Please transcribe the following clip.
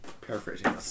paraphrasing